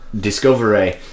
Discovery